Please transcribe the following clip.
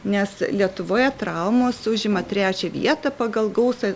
nes lietuvoje traumos užima trečią vietą pagal gausą